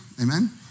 Amen